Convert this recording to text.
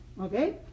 okay